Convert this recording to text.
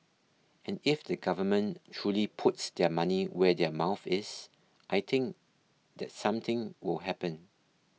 and if the government truly puts their money where their mouth is I think that something will happen